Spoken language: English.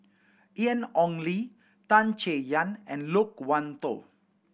Ian Ong Li Tan Chay Yan and Loke Wan Tho